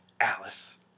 Alice